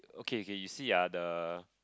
okay okay you see ah the